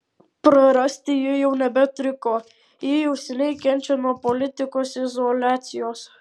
prarasti ji jau nebeturi ko ji jau seniai kenčia nuo politikos izoliacijos